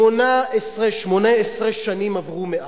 18 שנים עברו מאז.